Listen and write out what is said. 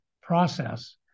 process